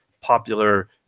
popular